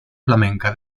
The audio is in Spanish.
flamenca